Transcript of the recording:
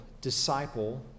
disciple